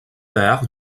père